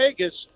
Vegas